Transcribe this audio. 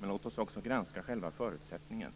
Men låt oss också granska själva förutsättningen.